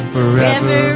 Forever